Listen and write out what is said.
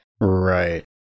Right